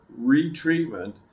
retreatment